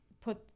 put